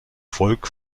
volk